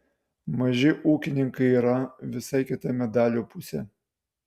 maži ūkininkai yra visai kita medalio pusė